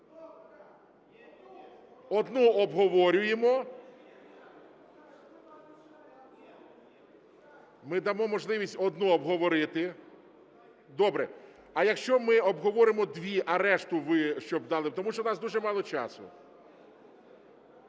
Одну обговорюємо… Ми дамо можливість одну обговорити. Добре, а якщо ми обговоримо дві, а решту ви щоб дали? Тому що у нас дуже мало часу.